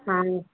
हाँ